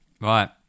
Right